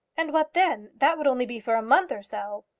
and what then? that would only be for a month or so.